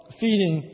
feeding